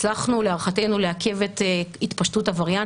הצלחנו להערכתנו לעכב את התפשטות הווריאנט